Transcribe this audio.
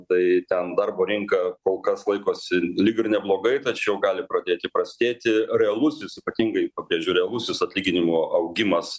tai ten darbo rinka kol kas laikosi lyg ir neblogai tačiau gali pradėti prastėti realusis ypatingai pabrėžiu realusis atlyginimų augimas